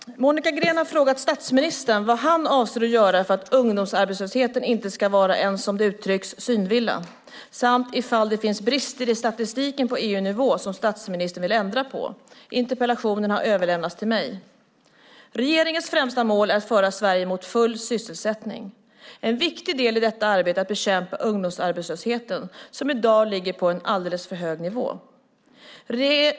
Herr talman! Monica Green har frågat statsministern vad han avser att göra för att ungdomsarbetslösheten inte ska vara en, som det uttryckts, synvilla, samt ifall det finns brister i statistiken på EU-nivå som statsministern vill ändra på. Interpellationen har överlämnats till mig. Regeringens främsta mål är att föra Sverige mot full sysselsättning. En viktig del i detta arbete är att bekämpa ungdomsarbetslösheten, som i dag ligger på en alltför hög nivå.